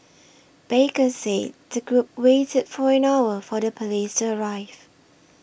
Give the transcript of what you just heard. baker said the group waited for an hour for the police to arrive